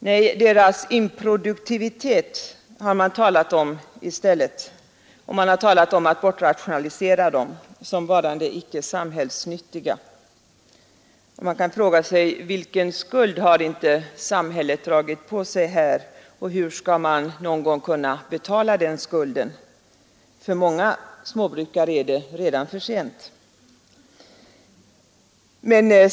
Nej, i stället har man talat om deras improduktivitet och om att bortrationalisera dem såsom varande icke samhällsnyttiga. Vilken skuld har inte samhället dragit på sig här? Och hur skall den skulden någon gång kunna betalas? För många småbrukare är det redan för sent.